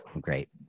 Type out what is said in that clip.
Great